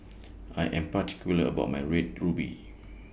I Am particular about My Red Ruby